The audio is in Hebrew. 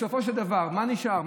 בסופו של דבר, מה נשאר?